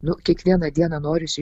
nu kiekvieną dieną norisi